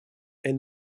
est